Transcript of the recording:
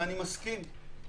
ואני מסכים.